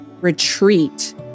retreat